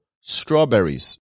strawberries